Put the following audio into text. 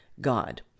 God